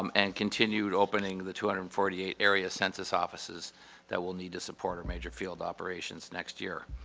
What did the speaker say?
um and continued opening the two hundred and forty eight area census offices that will need to support major field operations next year.